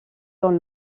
dans